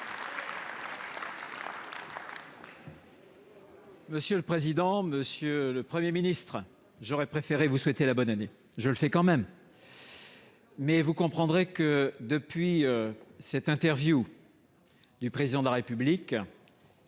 Républicains. Monsieur le Premier ministre, j'aurais préféré vous souhaiter la bonne année. Je le fais tout de même, mais vous comprendrez que, depuis cette interview du Président de la République,